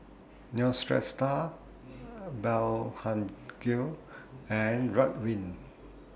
Neostrata Blephagel and Ridwind